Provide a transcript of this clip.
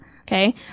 Okay